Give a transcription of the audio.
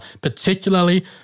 particularly